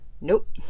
Nope